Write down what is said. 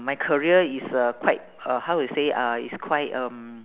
my career is uh quite uh how to say uh is quite um